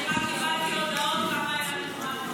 אני רק קיבלתי הודעות כמה היה --- ואללה,